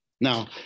Now